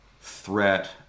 threat